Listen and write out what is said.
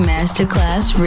Masterclass